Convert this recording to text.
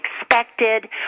Expected